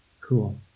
cool